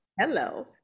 hello